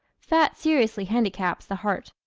fat seriously handicaps the heart.